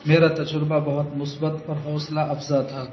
میرا تجربہ بہت مثبت اور حوصلہ افزا تھا